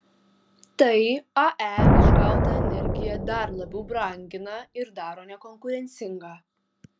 tai ae išgautą energiją dar labiau brangina ir daro nekonkurencingą